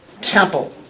temple